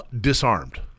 disarmed